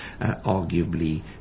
arguably